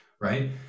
right